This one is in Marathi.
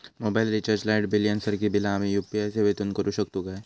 मोबाईल रिचार्ज, लाईट बिल यांसारखी बिला आम्ही यू.पी.आय सेवेतून करू शकतू काय?